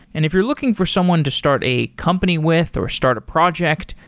and if you're looking for someone to start a company with or start a project,